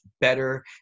better